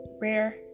rare